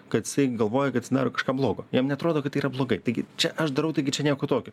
kad jisai galvoja kad jis dar kažką blogo jam neatrodo kad tai yra blogai taigi čia aš darau taigi čia nieko tokio